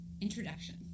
introduction